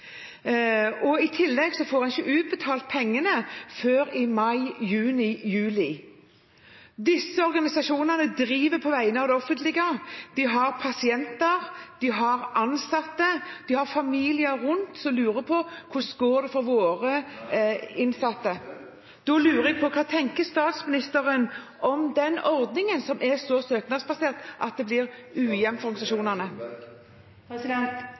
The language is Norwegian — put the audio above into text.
I tillegg får en ikke utbetalt pengene før i mai, juni, juli. Disse organisasjonene driver på vegne av det offentlige, de har pasienter, de har ansatte, de har familier rundt om som lurer på hvordan det går for deres innsatte. Jeg lurer på hva statsministeren tenker om den ordningen, som er så søknadsbasert at det blir